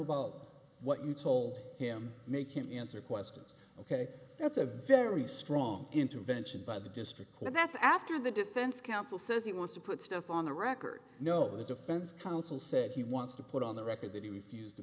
about what you told him make him answer questions ok that's a very strong intervention by the district court that's after the defense counsel says he wants to put stuff on the record no the defense counsel said he wants to put on the record that he refused t